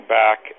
back